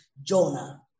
jonah